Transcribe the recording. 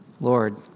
Lord